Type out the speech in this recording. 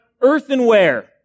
earthenware